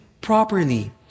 properly